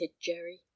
Jerry